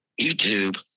YouTube